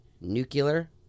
nuclear